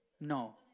No